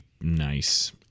nice